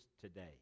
today